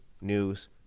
news